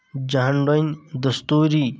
جان ڈوٚنۍ دستوٗری